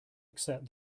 accept